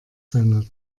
seiner